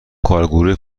کارگروه